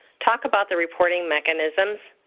talk about the reporting mechanisms,